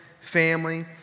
family